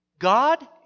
God